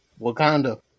Wakanda